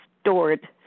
stored